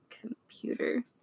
computer